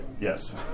yes